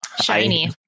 shiny